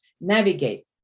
navigate